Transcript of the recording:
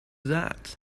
that